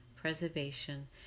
preservation